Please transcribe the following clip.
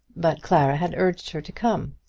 but clara had urged her to come,